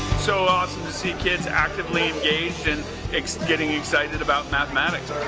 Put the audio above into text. so awesome to see kids actively engaged and getting excited about mathematics.